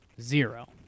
zero